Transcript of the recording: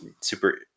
super